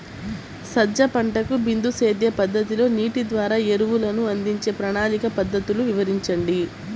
సజ్జ పంటకు బిందు సేద్య పద్ధతిలో నీటి ద్వారా ఎరువులను అందించే ప్రణాళిక పద్ధతులు వివరించండి?